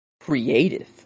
creative